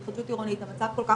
ההליך הזה עוד לא נגמר ואנחנו בשום